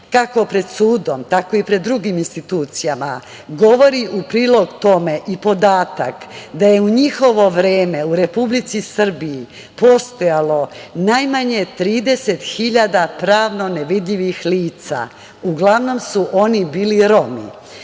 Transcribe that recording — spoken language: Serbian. kako pred sudom, tako i pred drugim institucijama, govori u prilog tome i podatak da je u njihovo vreme u Republici Srbiji postojalo najmanje 30 hiljada pravno nevidljivih lica. Uglavnom su oni bili Romi. Šta